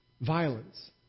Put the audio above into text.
violence